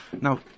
Now